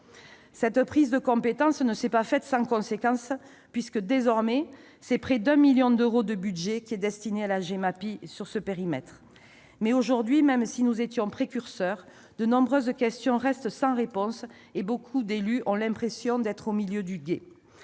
Cette prise de compétence ne s'est pas faite sans conséquence puisque désormais c'est près de 1 million d'euros de budget qui sont destinés à la Gemapi sur ce périmètre. Or, même si nous étions précurseurs, de nombreuses questions restent aujourd'hui sans réponses et beaucoup d'élus ont l'impression d'être au milieu du gué,